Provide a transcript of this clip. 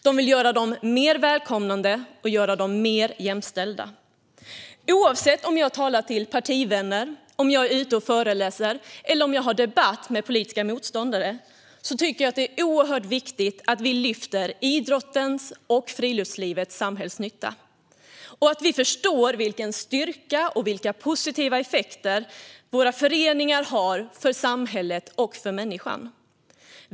De vill göra dem mer välkomnande och mer jämställda. Oavsett om jag talar till partivänner, om jag är ute och föreläser eller om jag har en debatt med politiska motståndare tycker jag att det är oerhört viktigt att vi lyfter fram idrottens och friluftslivets samhällsnytta. Det är viktigt att vi förstår vilken styrka som finns där och vilka positiva effekter våra föreningar har för samhället och människan.